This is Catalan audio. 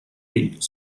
ell